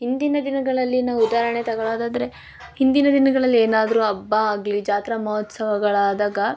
ಹಿಂದಿನ ದಿನಗಳಲ್ಲಿ ನಾವು ಉದಾಹರಣೆ ತೊಗೋಳೋದಾದರೆ ಹಿಂದಿನ ದಿನಗಳಲ್ಲಿ ಏನಾದ್ರು ಹಬ್ಬ ಆಗಲಿ ಜಾತ್ರಾ ಮಹೋತ್ಸವಗಳಾದಾಗ